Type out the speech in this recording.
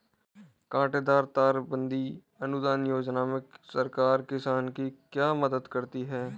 कांटेदार तार बंदी अनुदान योजना में सरकार किसान की क्या मदद करती है?